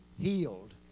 healed